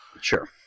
Sure